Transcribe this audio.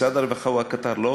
משרד הרווחה הוא הקטר,